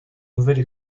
nouvelle